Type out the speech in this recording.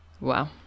Wow